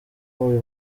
buri